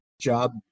job